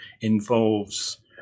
involves